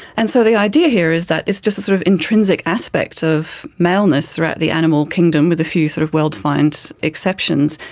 and so the idea here is that it's just a sort of intrinsic aspect of maleness throughout the animal kingdom, with a few sort of well defined exceptions,